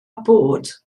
bod